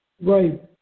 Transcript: Right